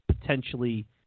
potentially